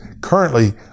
currently